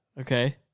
Okay